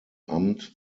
amt